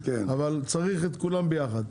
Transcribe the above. אבל צריך את כולם ביחד.